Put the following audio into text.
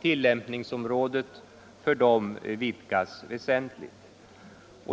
till Onsdagen den lämpningsområdet för dessa vidgas väsentligt.